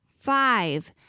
five